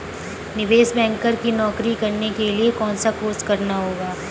निवेश बैंकर की नौकरी करने के लिए कौनसा कोर्स करना होगा?